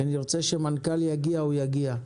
כשנרצה שמנכ"ל יגיע הוא יגיע,